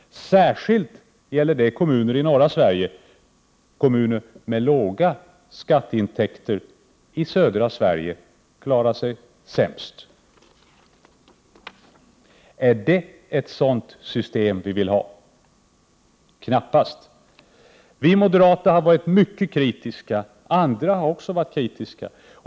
Särskilt gäller detta kommuner i norra Sverige. Kommuner med låga skatteintäkter i södra Sverige klarar sig sämst. Är det ett sådant system vi vill ha? Knappast. Vi moderater har varit mycket kritiska. Andra har också varit kritiska.